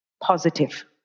positive